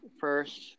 first